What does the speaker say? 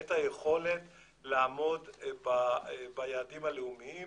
את היכולת לעמוד ביעדים הלאומיים